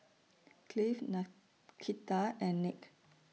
Cleve Nakita and Nick